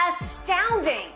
astounding